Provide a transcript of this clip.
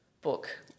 book